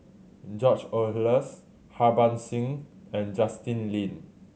George Oehlers Harbans Singh and Justin Lean